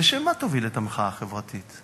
בשם מה תוביל את המחאה החברתית?